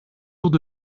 jours